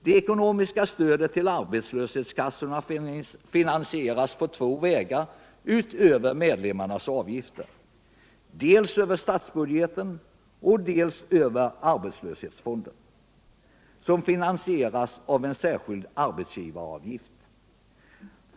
Det ekonomiska stödet till arbetslöshetskassorna finansieras på två vägar utöver medlemmarnas avgifter: dels över statsbudgeten, dels över arbetslöshetsfonden som finansieras av en särskild arbetsgivaravgift.